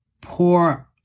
pour